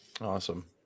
Awesome